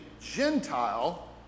gentile